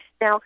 Now